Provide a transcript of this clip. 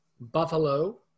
Buffalo